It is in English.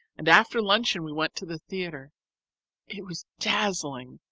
and after luncheon we went to the theatre it was dazzling,